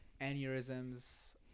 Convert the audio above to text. aneurysms